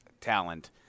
talent